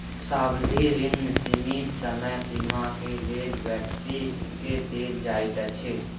सावधि ऋण सीमित समय सीमा के लेल व्यक्ति के देल जाइत अछि